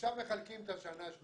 עכשיו מחלקים את השנה השנייה.